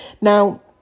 Now